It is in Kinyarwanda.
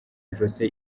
ijosi